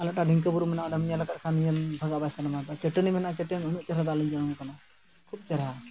ᱟᱞᱮ ᱴᱷᱮᱱ ᱢᱤᱫᱴᱟᱝ ᱰᱷᱤᱝᱠᱤ ᱵᱩᱨᱩ ᱢᱮᱱᱟᱜᱼᱟ ᱚᱸᱰᱮᱢ ᱧᱮᱞ ᱟᱠᱟᱫ ᱠᱷᱟᱱ ᱧᱮᱞ ᱵᱷᱟᱜᱟᱜ ᱵᱟᱭ ᱥᱟᱱᱟ ᱢᱮᱭᱟ ᱪᱟᱹᱴᱟᱹᱱᱤ ᱢᱮᱱᱟᱜᱼᱟ ᱪᱟᱹᱴᱟᱹᱱᱤ ᱩᱱᱟᱹᱜ ᱪᱮᱦᱨᱟ ᱫᱟᱜ ᱞᱤᱸᱡᱤ ᱟᱬᱜᱚᱱ ᱠᱟᱱᱟ ᱠᱷᱩᱵᱽ ᱪᱮᱦᱨᱟ